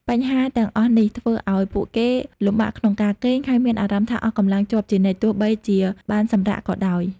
បញ្ហាទាំងអស់នេះ ធ្វើអោយពួកគេលំបាកក្នុងការគេង ហើយមានអារម្មណ៍ថាអស់កម្លាំងជាប់ជានិច្ច ទោះបីជាបានសម្រាកក៏ដោយ។